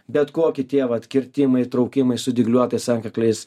bet kokie tie vat kirtimai traukimai su dygliuotais antkakliais